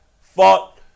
fought